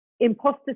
imposter